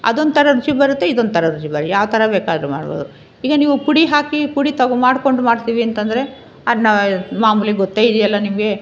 ಅದೊಂಥರ ರುಚಿ ಬರುತ್ತೆ ಇದೊಂಥರ ರುಚಿ ಬರೋ ಯಾವ ಥರ ಬೇಕಾದ್ರೂ ಮಾಡ್ಬೋದು ಈಗ ನೀವು ಪುಡಿ ಹಾಕಿ ಪುಡಿ ತಗೋ ಮಾಡಿಕೊಂಡು ಮಾಡ್ತೀವಿ ಅಂತಂದರೆ ಅದನ್ನ ಮಾಮೂಲಿ ಗೊತ್ತೇ ಇದೆಯಲ್ಲ ನಿಮಗೆ